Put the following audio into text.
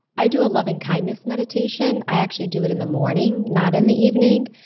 i do a loving-kindness meditation. i actually do it in the morning, not in the evening.